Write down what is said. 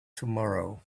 tomorrow